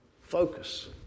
Focus